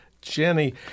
Jenny